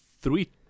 three